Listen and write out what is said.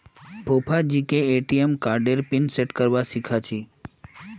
फूफाजीके ए.टी.एम कार्डेर PIN set करवा सीखा छि